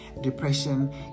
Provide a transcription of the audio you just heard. depression